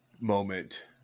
moment